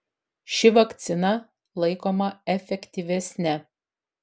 ši vakcina laikoma efektyvesne